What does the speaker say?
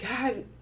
God